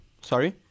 Sorry